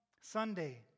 Sunday